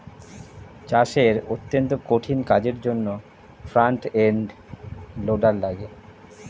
চাষের অত্যন্ত কঠিন কাজের জন্যে ফ্রন্ট এন্ড লোডার লাগে